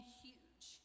huge